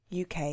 UK